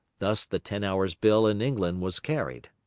thus the ten-hours' bill in england was carried.